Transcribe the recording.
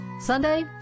Sunday